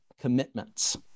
commitments